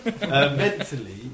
mentally